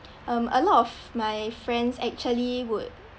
um a lot of my friends actually would